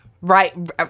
right